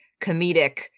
comedic